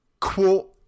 quote